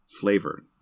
flavor